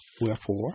wherefore